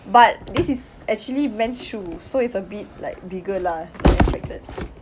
but this is actually mens shoe so it's a bit like bigger lah as expected